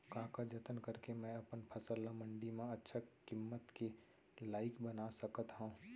का का जतन करके मैं अपन फसल ला मण्डी मा अच्छा किम्मत के लाइक बना सकत हव?